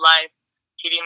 Life